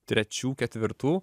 trečių ketvirtų